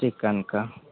चिकनके